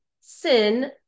sin